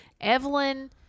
Evelyn